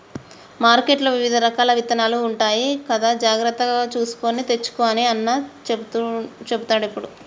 మార్కెట్లో వివిధ రకాల విత్తనాలు ఉంటాయి కదా జాగ్రత్తగా చూసుకొని తెచ్చుకో అని అన్న చెపుతాడు ఎప్పుడు